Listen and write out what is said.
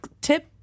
Tip